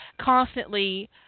constantly